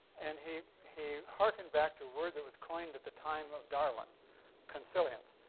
and he he harkened back to a word that was coined at the time of darwin consilience,